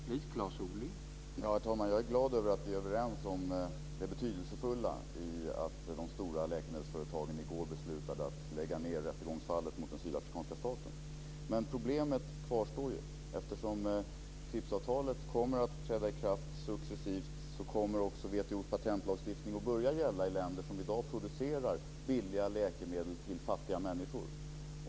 Herr talman! Jag är glad över att vi är överens om det betydelsefulla i att de stora läkemedelsföretagen i går beslutade att lägga ned rättegångsfallet mot den sydafrikanska staten. Men problemet kvarstår. Eftersom TRIPS-avtalet kommer att träda i kraft successivt så kommer också WTO:s patentlagstiftning att börja gälla i länder som i dag producerar billiga läkemedel till fattiga människor.